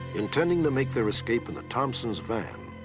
intending to make their escape in the thomson's van.